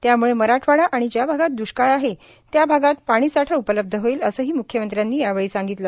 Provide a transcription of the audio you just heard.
त्यामुळे मराठवाडा आणि ज्या भागात द्ष्काळ आहे त्या भागात पाणीसाठा उपलब्ध होईल असही मुख्यमंत्र्यांनी यावेळी सांगितलं